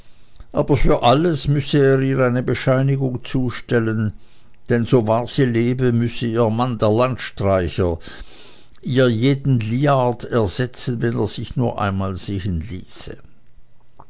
aber für alles müsse er ihr eine bescheinigung zustellen denn so wahr sie lebe müsse ihr mann der landstreicher ihr jeden liard ersetzen wenn er sich nur einmal sehen ließe